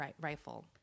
rifle